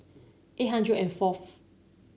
eight hundred and fourth